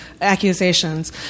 accusations